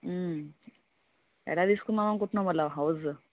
ఎలా తీసుకుందాం అనుకుంటున్నావు మళ్ళా హౌస్